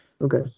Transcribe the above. Okay